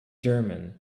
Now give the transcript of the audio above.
german